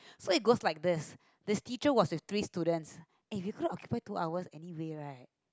so it goes like this this teacher was with three students eh we couldn't occupy two hours anyway right